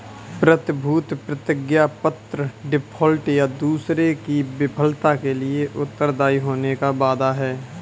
प्रतिभूति प्रतिज्ञापत्र डिफ़ॉल्ट, या दूसरे की विफलता के लिए उत्तरदायी होने का वादा है